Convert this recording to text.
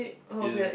it's